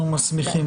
אנחנו מסמיכים.